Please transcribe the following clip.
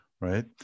right